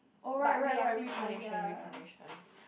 oh right right right reincarnation reincarnation